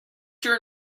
your